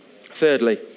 Thirdly